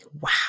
wow